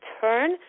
turn